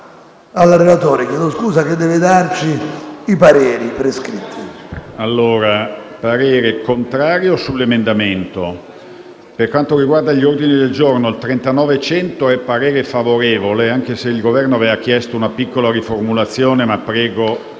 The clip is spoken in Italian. Esprimo parere contrario sull’emendamento 39.1. Per quanto riguarda l’ordine del giorno G39.100, il parere è favorevole, anche se il Governo aveva chiesto una piccola riformulazione, che prego